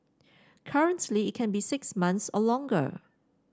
currently it can be six months or longer